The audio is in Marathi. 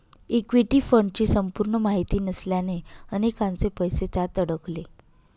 इक्विटी फंडची संपूर्ण माहिती नसल्याने अनेकांचे पैसे त्यात अडकले